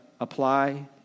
apply